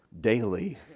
daily